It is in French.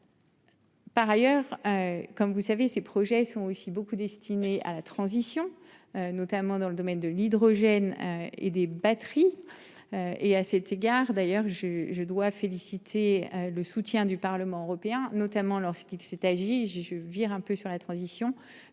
Par ailleurs. Comme vous savez ces projets sont aussi beaucoup destiné à la transition. Notamment dans le domaine de l'hydrogène et des batteries. Et à cet égard d'ailleurs, je je dois féliciter le soutien du Parlement européen, notamment lorsqu'il s'est agi, je vire un peu sur la transition